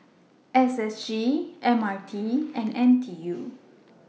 SSG MRT and NTU